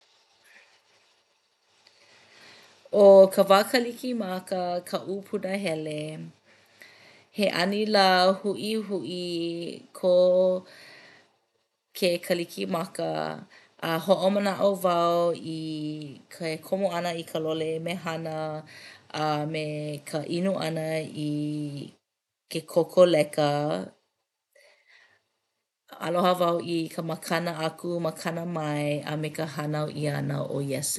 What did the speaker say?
ʻO ka wā kalikimaka kaʻu punahele. He anilā huʻihuʻi kō ke kalikimaka a hoʻomanaʻo wau i ke komo ʻana i ka lole mehana a me ka inu ʻana i ke kokoleka. Aloha wau i ka makana aku makana mai a me ka hanau ʻia ʻana o Iesū.